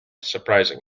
surprising